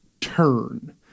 turn